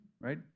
right